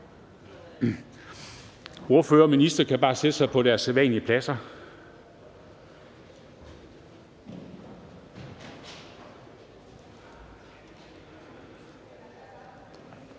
Ordførerne og ministeren kan bare sætte sig på deres sædvanlige pladser.